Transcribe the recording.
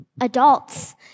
adults